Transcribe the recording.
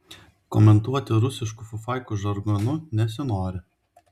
komentuoti rusiškų fufaikų žargonu nesinori